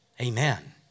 Amen